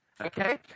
Okay